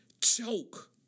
choke